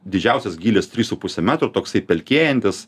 didžiausias gylis trys su puse meto toksai pelkėjantis